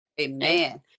amen